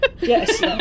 Yes